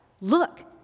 look